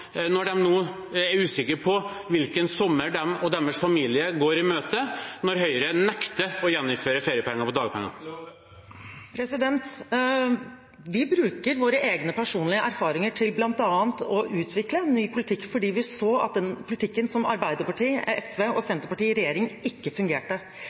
når de nå er usikre på hvilken sommer de og deres familie går i møte når Høyre nekter å gjeninnføre feriepenger på dagpenger? Vi bruker våre egne personlige erfaringer til bl.a. å utvikle ny politikk, for vi så at den politikken som Arbeiderpartiet, SV og Senterpartiet førte i regjering, ikke fungerte.